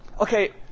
Okay